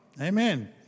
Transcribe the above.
Amen